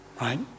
right